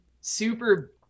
super